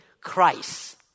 Christ